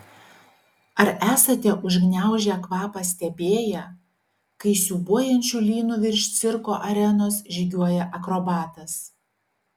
ar esate užgniaužę kvapą stebėję kai siūbuojančiu lynu virš cirko arenos žygiuoja akrobatas